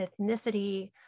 ethnicity